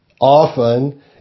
Often